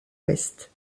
ouest